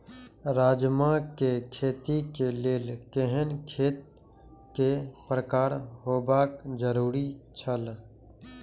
राजमा के खेती के लेल केहेन खेत केय प्रकार होबाक जरुरी छल?